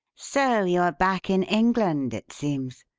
so you are back in england, it seems?